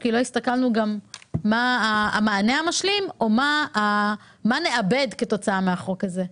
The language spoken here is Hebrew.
כי לא הסתכלנו גם מה המענה המשלים או מה נאבד כתוצאה מהחוק הזה.